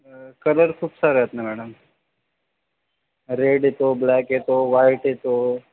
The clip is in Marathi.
कलर खूप सारे आहेत ना मॅडम रेड येतो ब्लॅक येतो व्हाईट येतो